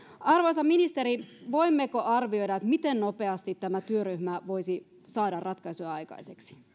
arvoisa ministeri voimmeko arvioida miten nopeasti tämä työryhmä voisi saada ratkaisuja aikaiseksi